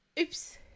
oops